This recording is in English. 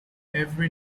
every